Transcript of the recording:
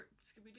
Scooby-Doo